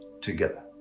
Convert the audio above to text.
together